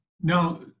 Now